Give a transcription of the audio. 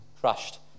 crushed